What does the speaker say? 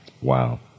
Wow